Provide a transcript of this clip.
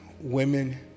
women